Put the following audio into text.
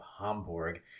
Hamburg